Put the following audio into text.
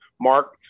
Mark